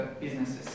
businesses